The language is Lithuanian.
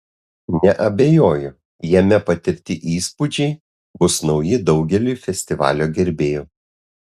neabejoju jame patirti įspūdžiai bus nauji daugeliui festivalio gerbėjų